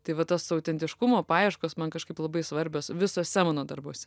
tai va tos autentiškumo paieškos man kažkaip labai svarbios visuose mano darbuose